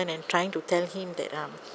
and trying to tell him that um